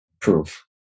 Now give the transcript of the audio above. proof